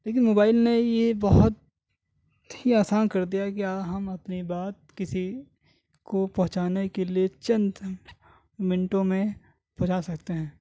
لیکن موبائل نے یہ بہت ہی آسان کر دیا ہے کہ ہم اپنی بات کسی کو پہنچانے کے لیے چند منٹوں میں پہنچا سکتے ہیں